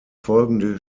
folgende